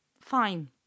Fine